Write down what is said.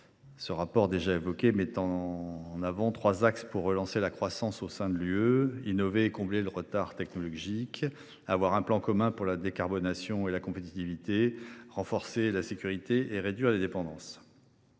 Ce rapport met en avant trois axes pour relancer la croissance au sein de l’Union européenne : innover et combler le retard technologique ; avoir un plan commun pour la décarbonation et la compétitivité ; renforcer la sécurité et réduire les dépendances.